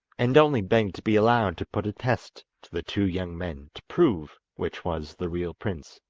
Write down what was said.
and only begged to be allowed to put a test to the two young men to prove which was the real prince.